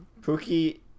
Pookie